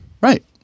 Right